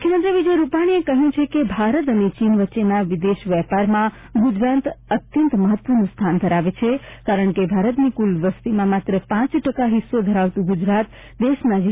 મુખ્યમંત્રી વિજય રૂપાણીએ કહ્યું છે કે ભારત અને ચીન વચ્ચેના વિદેશ વેપારમાં ગુજરાત અત્યંત મહત્વનું સ્થાન ધરાવે છે કારણ કે ભારતની કુલ વસતિમાં માત્ર પાંચ ટકા હિસ્સો ધરાવતું ગુજરાત દેશના જી